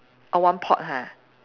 oh one pot ha